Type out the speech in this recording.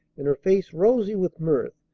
and her face rosy with mirth,